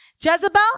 Jezebel